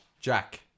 Jack